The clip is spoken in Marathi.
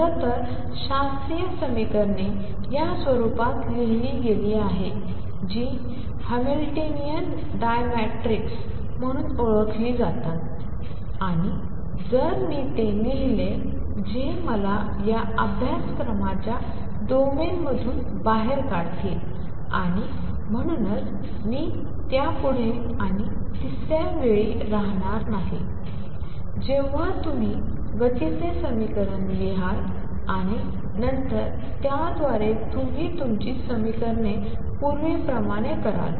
खरं तर शास्त्रीय समीकरणे या स्वरूपात लिहिली गेली आहेत जी हॅमिल्टोनियन डायनॅमिक्स म्हणून ओळखली जातात आणि जर मी ते लिहिले जे मला या अभ्यासक्रमाच्या डोमेनमधून बाहेर काढतील आणि म्हणूनच मी त्यापुढे आणि तिसऱ्या वेळी राहणार नाही जेव्हा तुम्ही गतीचे समीकरण लिहा आणि नंतर त्याद्वारे तुम्ही तुमची समीकरणे पूर्वीप्रमाणे केली